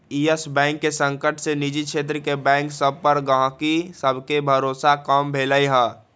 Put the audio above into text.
इयस bank के संकट से निजी क्षेत्र के बैंक सभ पर गहकी सभके भरोसा कम भेलइ ह